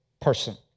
person